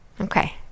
Okay